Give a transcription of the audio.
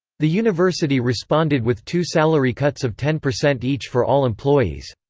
the university responded with two salary cuts of ten percent each for all employees.